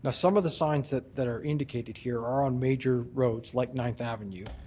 ah some of the signs that that are indicated here are on major roads like ninth avenue